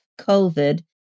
COVID